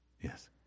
yes